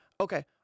Okay